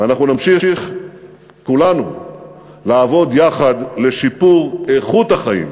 ואנחנו נמשיך כולנו לעבוד יחד לשיפור איכות החיים,